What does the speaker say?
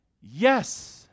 yes